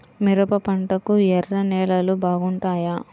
మిరప పంటకు ఎర్ర నేలలు బాగుంటాయా?